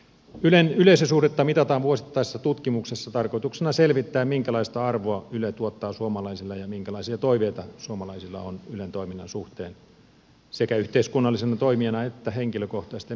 ylen yleisösuhdetta mitataan vuosittaisessa tutkimuksessa tarkoituksena selvittää minkälaista arvoa yle tuottaa suomalaisille ja minkälaisia toiveita suomalaisilla on ylen toiminnan suhteen sekä yhteiskunnallisena toimijana että henkilökohtaisten mediapalvelujen tuottajana